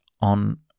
on